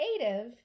creative